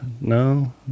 no